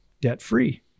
debt-free